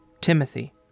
Timothy